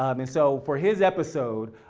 um and so for his episode,